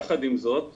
יחד עם זאת,